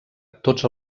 tots